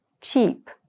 cheap